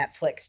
Netflix